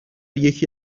یکی